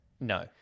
No